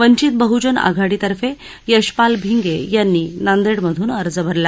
वंचित बहजन आघाडीतर्फे यशपाल भिंगे यांनी नांदेडमधून अर्ज भरला